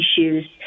issues